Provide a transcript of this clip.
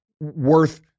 worth